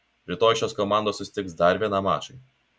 rytoj šios komandos susitiks dar vienam mačui